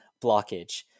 blockage